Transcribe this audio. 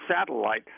satellite